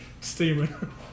Steaming